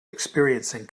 experiencing